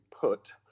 put